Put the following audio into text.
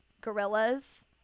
gorillas